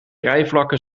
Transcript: rijvakken